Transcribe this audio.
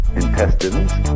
intestines